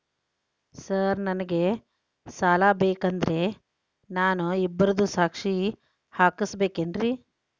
Sir ನನಗೆ ಸಾಲ ಬೇಕಂದ್ರೆ ನಾನು ಇಬ್ಬರದು ಸಾಕ್ಷಿ ಹಾಕಸಬೇಕೇನ್ರಿ?